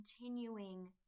continuing